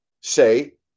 say